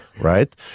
right